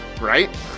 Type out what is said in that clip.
right